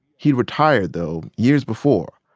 he'd retired, though, years before.